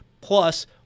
plus